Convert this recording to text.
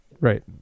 Right